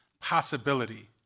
possibility